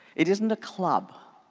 it isn't a club.